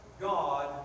God